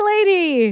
Lady